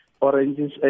oranges